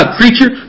creature